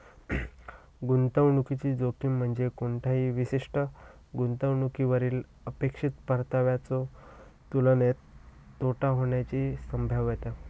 गुंतवणुकीची जोखीम म्हणजे कोणत्याही विशिष्ट गुंतवणुकीवरली अपेक्षित परताव्याच्यो तुलनेत तोटा होण्याची संभाव्यता